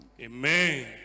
Amen